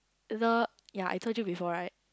the ya I told you before right